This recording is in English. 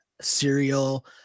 Cereal